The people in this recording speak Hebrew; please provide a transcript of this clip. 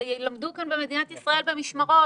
למדו כאן במדינת ישראל במשמרות,